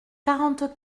quarante